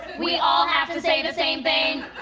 we all have to say the same thing